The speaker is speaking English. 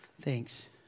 Thanks